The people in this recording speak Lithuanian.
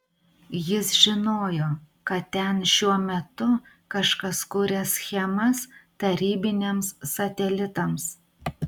jis žinojo kad ten šiuo metu kažkas kuria schemas tarybiniams satelitams